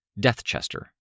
Deathchester